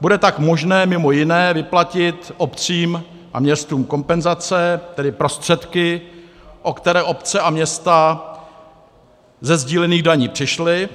Bude tak možné, mimo jiné, vyplatit obcím a městům kompenzace, tedy prostředky, o které obce a města ze sdílených daní přišly,